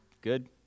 Good